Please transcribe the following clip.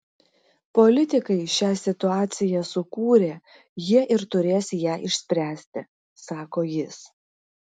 politikai šią situaciją sukūrė jie ir turės ją išspręsti sako jis